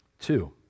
two